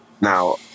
now